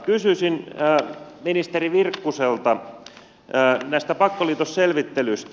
kysyisin ministeri virkkuselta näistä pakkoliitosselvittelyistä